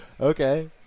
Okay